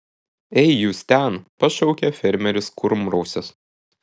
ei jūs ten pašaukė fermeris kurmrausis